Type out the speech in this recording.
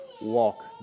walk